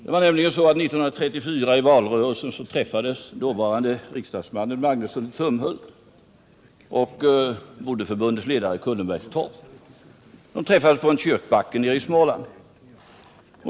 Det var så att under valrörelsen 1934 träffades dåvarande riksdagsmannen Magnusson i Tumhult och bondeförbundets ledare Olsson i Kullenbergstorp på en kyrkbacke i Småland.